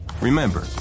Remember